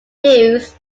news